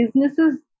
businesses